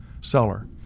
seller